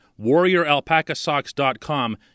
warrioralpacasocks.com